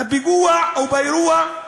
בפיגוע או באירוע,